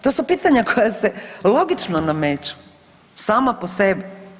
To su pitanja koja se logično nameću sama po sebi.